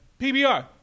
PBR